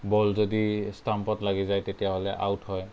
বল যদি ষ্টাম্পত লাগি যায় তেতিয়া হ'লে আউট হয়